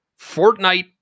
Fortnite